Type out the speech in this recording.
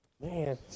Man